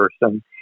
person